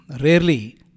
rarely